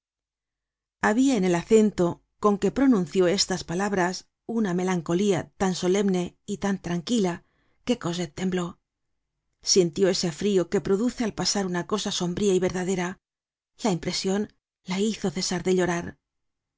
habia en el acento con que pronunció estas palabras una melancolía tan solemne y tan tranquila que cosette tembló sintió ese frio que produce al pasar una cosa sombría y verdadera la impresion la hizo cesar de llorar